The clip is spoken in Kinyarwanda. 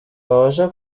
wabasha